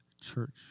church